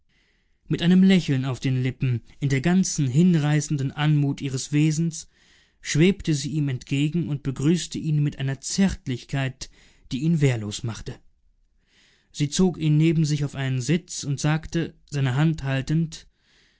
mit einem lächeln auf den lippen in der ganzen hinreißenden anmut ihres wesens schwebte sie ihm entgegen und begrüßte ihn mit einer zärtlichkeit die ihn wehrlos machte sie zog ihn neben sich auf einen sitz und sagte seine hand haltend